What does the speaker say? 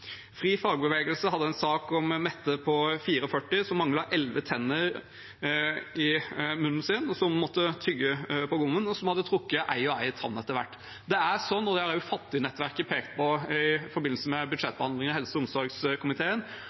hadde en sak om Mette på 44, som manglet elleve tenner i munnen, og som måtte tygge på gommen, og som hadde trukket en og en tann etter hvert. Det er slik – og det har også Fattignettverket Norge pekt på i forbindelse med budsjettbehandlingen i helse- og omsorgskomiteen